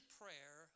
prayer